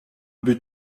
but